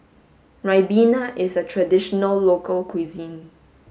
Ribena is a traditional local cuisine